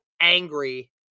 angry